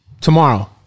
Tomorrow